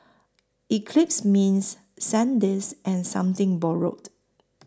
Eclipse Mints Sandisk and Something Borrowed